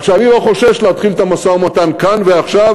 רק שאני לא חושש להתחיל את המשא-ומתן כאן ועכשיו,